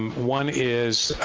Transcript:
um one is,